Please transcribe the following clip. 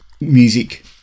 music